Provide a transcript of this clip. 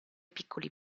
piccoli